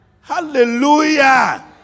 Hallelujah